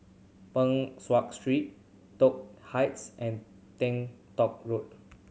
Peng Street Toh Heights and Teng Tong Road